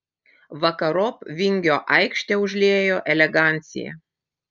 vakarop vingio aikštę užliejo elegancija